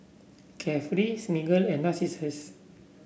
Carefree Smiggle and Narcissus